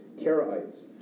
Karaites